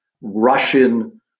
Russian